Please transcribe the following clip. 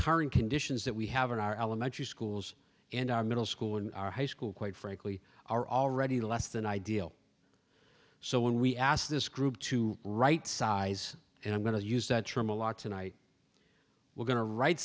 current conditions that we have in our elementary schools and our middle school and our high school quite frankly are already less than ideal so when we ask this group to rightsize and i'm going to use that term a lot tonight we're going to ri